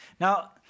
Now